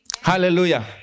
Hallelujah